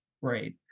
right